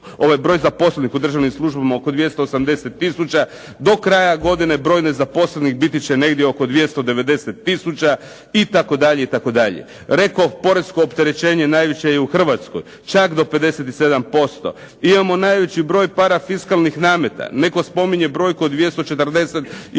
ovaj broj zaposlenih u državnim službama oko 280 tisuća. Do kraja godine broj nezaposlenih biti će negdje oko 290 tisuća itd., itd. Rekoh poresko opterećenje najviše je u Hrvatskoj, čak do 57%. Imamo najveći broj parafiskalnih nameta. Netko spominje brojku od 240 i